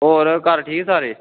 होर घर ठीक सारे